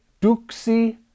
Duxi